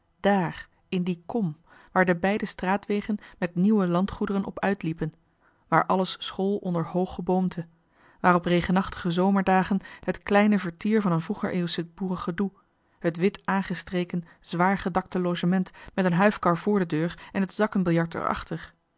dààr in die kom waar de beide straatwegen met nieuwe landgoederen op uitliepen waar alles school onder hoog geboomte waar op regenachtige zomerdagen het kleine vertier van een vroeger eeuwsch boerengedoe het wit aangestreken zwaar gedakte logement met een huifkar vr de deur en het zakkenbiljart